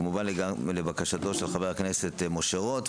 כמובן לבקשתו של חבר הכנסת משה רוט,